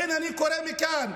לכן אני קורא מכאן,